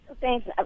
Thanks